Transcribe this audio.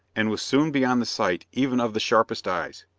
and was soon beyond the sight even of the sharpest eyes.